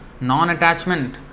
non-attachment